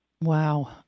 Wow